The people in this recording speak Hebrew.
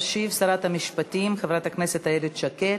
תשיב שרת המשפטים חברת הכנסת איילת שקד.